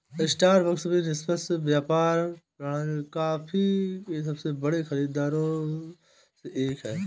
Starbucks भी निष्पक्ष व्यापार प्रमाणित कॉफी के सबसे बड़े खरीदारों में से एक है